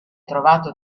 trovato